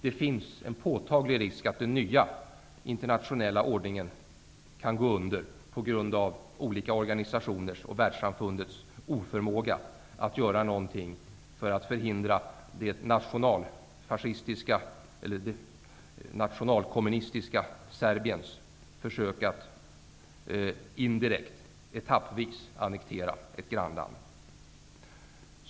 Det finns en påtaglig risk att den nya internationella ordningen kan gå under på grund av olika organisationers och världssamfundets oförmåga att göra någonting för att förhindra det national-kommunistiska Serbiens försök att indirekt, etappvis, annektera ett grannland.